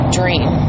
dream